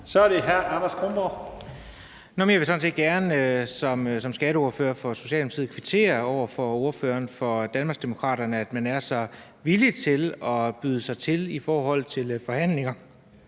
Kl. 16:06 Anders Kronborg (S): Jeg vil sådan set gerne som skatteordfører for Socialdemokratiet kvittere ordføreren for Danmarksdemokraterne for, at man er så villig til at byde sig til i forhold til forhandlinger.